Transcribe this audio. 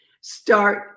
start